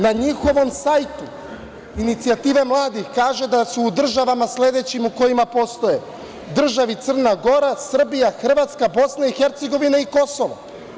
Na njihovom sajtu, Inicijativa mladih kažu da su u državama sledećim u kojima postoje državi Crna Gora, Srbija, Hrvatska, Bosna i Hercegovina i Kosovo.